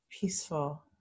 peaceful